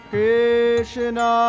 Krishna